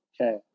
okay